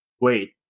wait